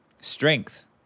strength